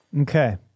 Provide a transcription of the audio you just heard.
Okay